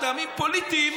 מטעמים פוליטיים,